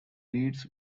reads